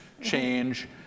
change